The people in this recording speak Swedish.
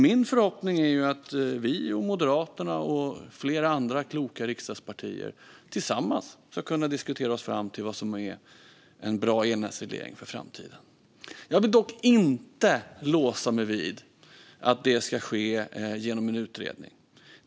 Min förhoppning är att vi, Moderaterna och flera andra kloka riksdagspartier tillsammans ska kunna diskutera oss fram till vad som är en bra elnätsreglering för framtiden. Jag vill dock inte låsa mig vid att det ska ske genom en utredning.